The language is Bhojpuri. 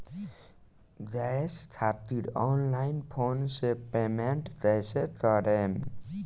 गॅस खातिर ऑनलाइन फोन से पेमेंट कैसे करेम?